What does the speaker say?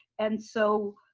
and so,